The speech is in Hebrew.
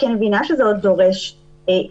כי אני מבינה שהסעיפים עוד דורשים ליבון,